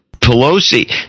Pelosi